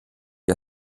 der